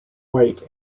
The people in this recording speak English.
white